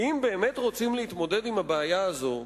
אם באמת רוצים להתמודד עם הבעיה הזו,